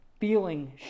feeling